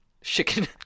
Chicken